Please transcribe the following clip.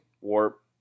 warp